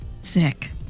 Sick